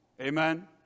Amen